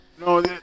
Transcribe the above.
No